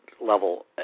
level